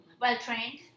Well-trained